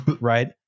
Right